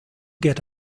get